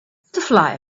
butterfly